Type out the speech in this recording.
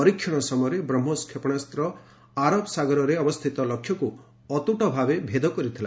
ପରୀକ୍ଷଣ ସମୟରେ ବ୍ହୋସ୍ କ୍ଷପଣାସ୍ତ୍ର ଆରବ ସାଗରରେ ଅବସ୍ଥିତ ଲକ୍ଷ୍ୟକ୍ ଅତ୍ରଟ ଭାବେ ଭେଦ କରିଥିଲା